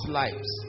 lives